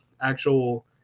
actual –